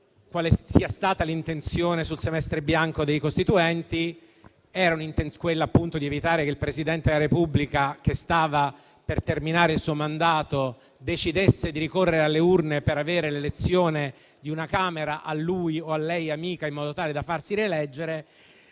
quale sia stata l'intenzione sul semestre bianco dei Costituenti: evitare che il Presidente della Repubblica che stia per terminare il suo mandato decida di ricorrere alle urne per avere l'elezione di una Camera a lui o a lei amica, in modo tale da farsi rieleggere.